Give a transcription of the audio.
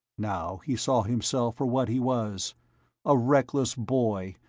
now he saw himself for what he was a reckless boy,